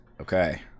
Okay